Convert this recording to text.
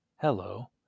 hello